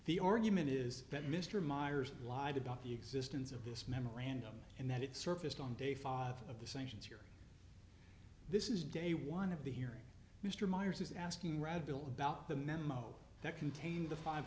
the argument is that mr myers lied about the existence of this memorandum and that it surfaced on day five of the sanctions here this is day one of the hearing mr myers is asking rather bill about the memo that contained the five